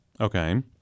Okay